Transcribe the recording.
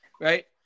right